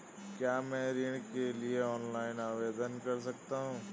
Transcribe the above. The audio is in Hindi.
क्या मैं ऋण के लिए ऑनलाइन आवेदन कर सकता हूँ?